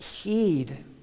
heed